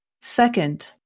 Second